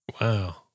Wow